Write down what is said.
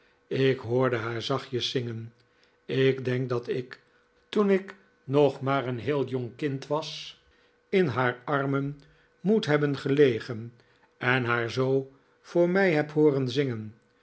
ik hoorde haar zachtjes zingen ik denk dat ik toen ik nog maar een heel jong kind was in haar armen moet hebben gelegen en haar zoo voor mij heb hooren zingen